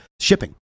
shipping